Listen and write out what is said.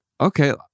okay